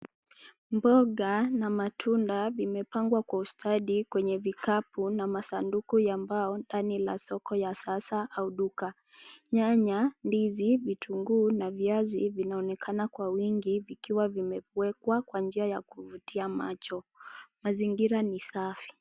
Mboga na matunda, vimepangwa kwa ustadi kwenye vikapu na masanduku ya mbao, ndani la soko ya sasa au duka. Nyanya, ndizi ,vitunguu na viazi vinaonekana kwa wingi, vikiwa vimewekwa kwa njia ya kuvutia macho. Mazingira ni safi.